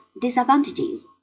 disadvantages